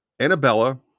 Annabella